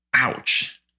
Ouch